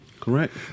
Correct